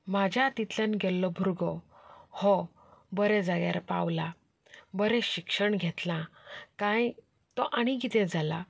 म्हज्या हातींतल्यान गेल्लो भुरगो हो बऱ्या जाग्यार पावला बरें शिक्षण घेतलां काय तो आनी कितें जाला